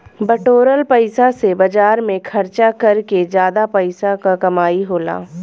बटोरल पइसा से बाजार में खरचा कर के जादा पइसा क कमाई होला